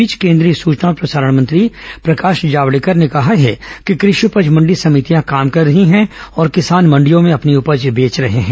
इस बीच कोन्द्रीय सूचना और प्रसारण मंत्री प्रकाश जावड़ेकर ने कहा है कि कृषि उपज मंडी समितियां काम कर रही हैं और किसान मंडियों में अपनी उपज बेच रहे हैं